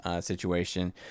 situation